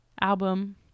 album